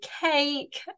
cake